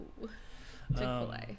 chick-fil-a